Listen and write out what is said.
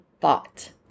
thought